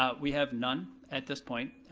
ah we have none at this point.